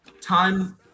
time